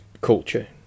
culture